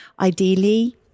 Ideally